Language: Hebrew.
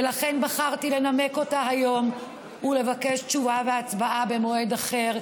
ולכן בחרתי לנמק אותה היום ולבקש תשובה והצבעה במועד אחר,